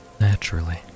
naturally